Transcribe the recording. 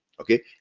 okay